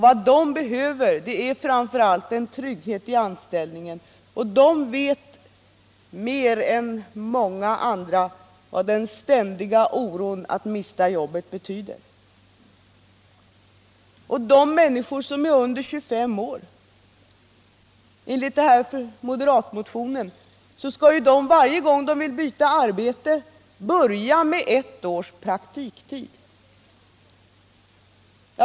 Vad de behöver är framför allt trygghet i anställningen. De vet mer än många andra vad den ständiga oron för att mista jobbet betyder. De människor som är under 25 år skall enligt moderatmotionen varje gång de vill byta arbete börja med ett års praktiktid.